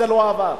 זה לא עבר.